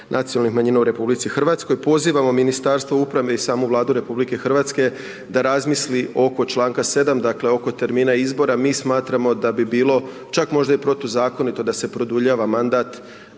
nacionalnih manjina u Republici Hrvatskoj. Pozivamo Ministarstvo uprave i samu Vladu Republike Hrvatske da razmisli oko članka 7., dakle oko termina izbora, mi smatramo da bi bilo čak možda i protuzakonito da se produljava mandat